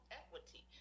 equity